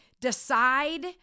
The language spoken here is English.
decide